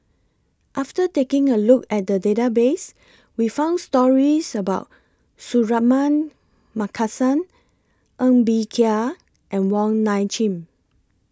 after taking A Look At The Database We found stories about Suratman Markasan Ng Bee Kia and Wong Nai Chin